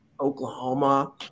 Oklahoma